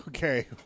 Okay